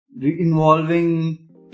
involving